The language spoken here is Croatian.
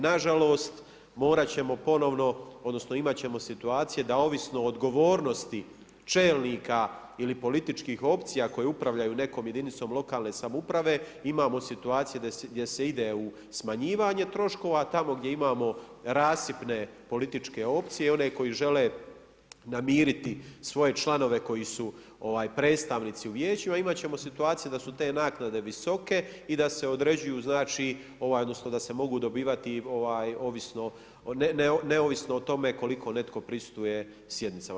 Nažalost morati ćemo ponovno, odnosno imati ćemo situacije da ovisno od odgovornosti čelnika ili političkih opcija kojom upravljaju nekom jedinicom lokalne samouprave, imamo situacije da se ide u smanjivanje troškova a tamo gdje imamo rasipne političke opcije, one koje žele namiriti svoje članove koji su predstavnici u vijeću a imat će situacije da su te naknade visoke i da se određuju odnosno da se mogu dobivati neovisno o tome koliko netko prisustvuje sjednicama.